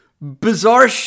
bizarre